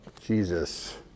Jesus